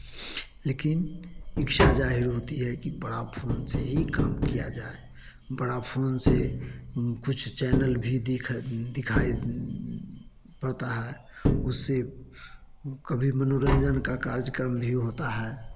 लेकिन इच्छा जाहिर होती है की बड़ा फोन से ही काम किया जाए बड़ा फ़ोन से हम कुछ चैनल भी दिख दिखाई पड़ता है उससे कभी मनोरंजन का कार्यक्रम भी होता है